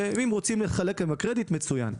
אם רוצים להתחלק בקרדיט, מצוין.